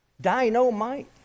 Dynamite